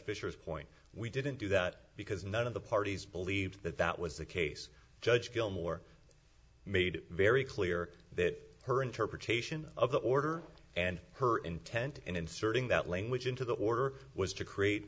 fisher's point we didn't do that because none of the parties believed that that was the case judge gilmore made it very clear that her interpretation of the order and her intent in inserting that language into the order was to create